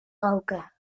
roken